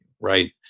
Right